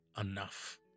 enough